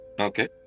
Okay